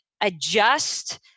adjust